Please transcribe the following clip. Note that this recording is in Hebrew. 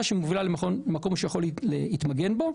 שמובילה למקום שהוא יכול להתמגן בו.